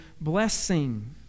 blessing